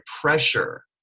pressure